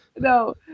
No